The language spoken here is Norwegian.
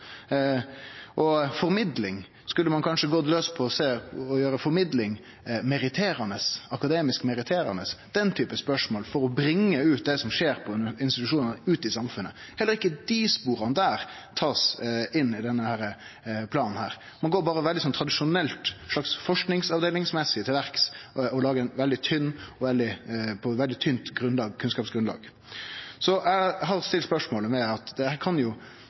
det. Formidling kunne ein kanskje gå laus på og gjere formidling meritterande, akademisk meritterande. Den typen spørsmål for å bringe det som skjer i institusjonane, ut i samfunnet – heller ikkje dei spora blir tatt inn i denne planen. Ein går berre veldig tradisjonelt, ein slags forskingsavdelingsmessig, til verks og legg fram eit veldig tynt kunnskapsgrunnlag. Eg har stilt spørsmål ved at det kan